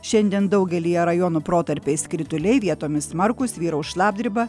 šiandien daugelyje rajonų protarpiais krituliai vietomis smarkūs vyraus šlapdriba